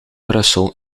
brussel